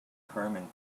determined